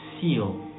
seal